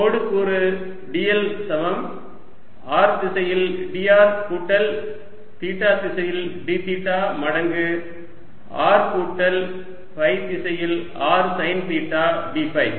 கோடு கூறு dl சமம் r திசையில் dr கூட்டல் தீட்டா திசையில் d தீட்டா மடங்கு r கூட்டல் ஃபை திசையில் r sine theta d five